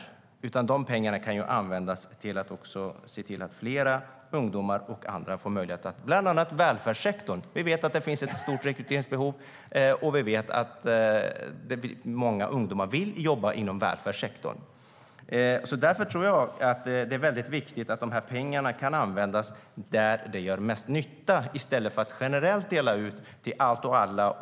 Vi kan i stället använda pengarna för att se till att fler ungdomar får möjlighet att arbeta i bland annat välfärdssektorn. Vi vet att det finns ett stort rekryteringsbehov, och vi vet att många ungdomar vill jobba inom välfärdssektorn. Det är väldigt viktigt att pengarna används där de gör mest nytta i stället för att delas ut generellt till allt och alla.